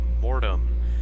Mortem